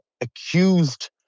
accused